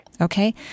Okay